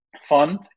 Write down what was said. fund